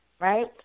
right